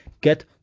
Get